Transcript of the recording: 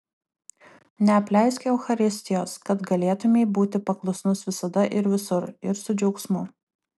neapleisk eucharistijos kad galėtumei būti paklusnus visada ir visur ir su džiaugsmu